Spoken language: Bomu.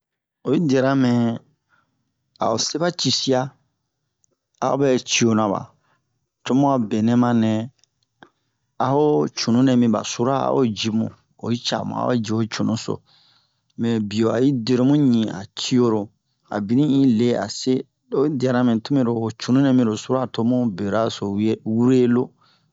oyi diyara mɛ o a se ɓa cisiya a o ɓɛ ciyona ɓa tomu a benɛ ma nɛ a ho cununɛ mi ɓa sura a o ji mu a o ji mu cunu-so mɛ biyo a i dero mu ɲu'in a ciyoro a binin i le a se oyi diyara mɛ to mɛro ho cunu-nɛ miro sura tomu beraso we wure lo